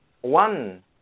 One